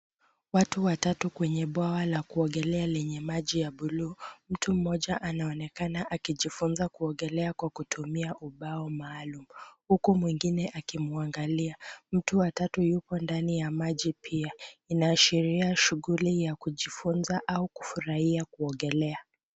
Watu wa kwenye bwawa la kuogelea kwenye maji ya buluu, mtu mmoja anaonekana akijifunza kuogelea kwa kutumia kibao maalum huku mwingine akimuangalia, mtu wa watatu yupo ndani ya maji pia . Ina ashiria shughuli ya kujifunza au kufurahia kuogelea.